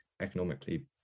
economically